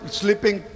sleeping